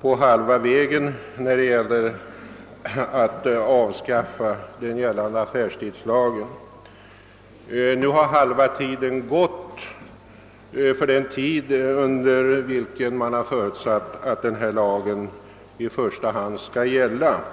på halva vägen när man införde den nuvarande affärstidslagen. Hälften av den tid under vilken man förutsatt att denna lag i första hand skulle gälla har nu gått.